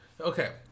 Okay